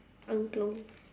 angklung